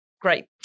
great